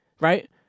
right